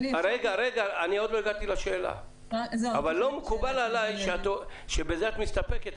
לא מקובל עלי שבזה את מסתפקת,